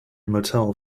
motel